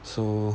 so